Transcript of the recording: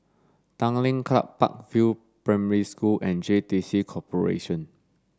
Tanglin Club Park View Primary School and J T C Corporation